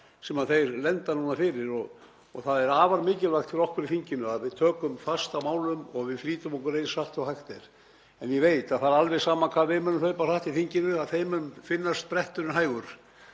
eru að lenda í núna og það er afar mikilvægt fyrir okkur í þinginu að við tökum fast á málum og flýtum okkur eins hratt og hægt er. En ég veit að það er alveg sama hvað við munum hlaupa hratt í þinginu, þeim mun finnast spretturinn hægur.